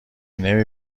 نمی